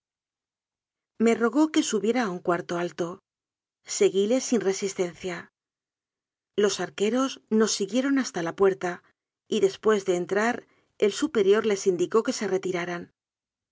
me rogó que subiera a un cuarto alto seguíle sin resistencia los arqueros nos siguieron hasta la puerta y después de entrar el superior les indicó que se retiraran